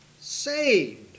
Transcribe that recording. saved